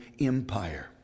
Empire